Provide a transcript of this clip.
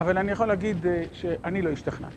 אבל אני יכול להגיד שאני לא השתכנעתי.